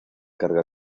carga